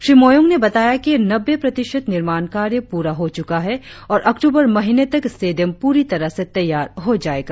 श्री मोयोंग ने बताया कि नब्बे प्रतिशत निर्माण कार्य पूरा हो चुका है और अक्टूबर महीने तक स्टेडियम पूरी तरह से तैयार हो जाएगा